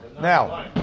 Now